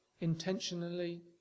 intentionally